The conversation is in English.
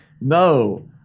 no